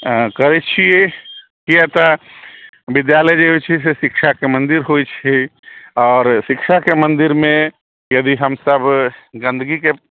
करै छिए किया तऽ विद्यालय जे होइ छै जे छै शिक्षाके मन्दिर होइ छै आओर शिक्षाके मन्दिरमे यदि हमसब गन्दगीके